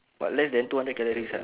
what less than two hundred calories uh